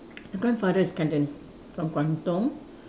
the grandfather is Cantonese from Guangdong